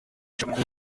shakur